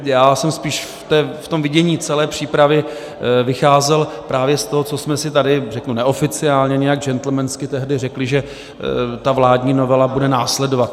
Já jsem spíše ve vidění celé přípravy vycházel právě z toho, co jsme si tady, řeknu neoficiálně, nějak džentlmensky tehdy řekli, že vládní novela bude následovat.